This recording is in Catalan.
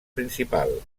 principal